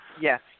yes